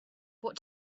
what